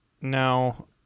Now